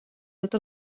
tot